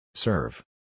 Serve